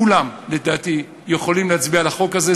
כולם, לדעתי, יכולים להצביע על החוק הזה.